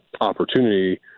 opportunity